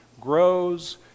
grows